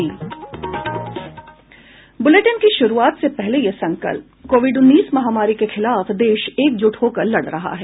bulletin की शुरूआत से पहले ये संकल्प कोविड उन्नीस महामारी के खिलाफ देश एकज़्ट होकर लड़ रहा है